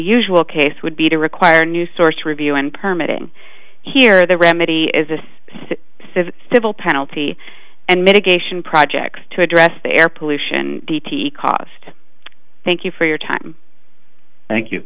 usual case would be to require new source review and permit in here the remedy is this is a civil penalty and mitigation projects to address the air pollution caused thank you for your time thank you